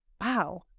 Wow